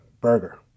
burger